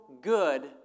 good